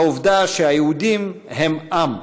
לעובדה שהיהודים הם עַם.